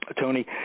Tony